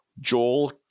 Joel